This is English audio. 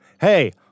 hey